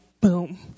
boom